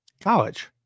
College